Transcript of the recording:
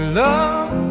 love